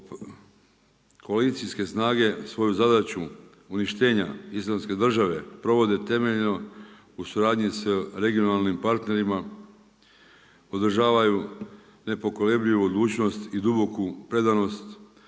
Koalicijske snage svoju zadaću uništenja Islamske države provode temeljno u suradnji sa regionalnim partnerima, održavaju nepokolebljivu odlučnost i duboku predanost